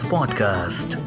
Podcast